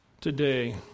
today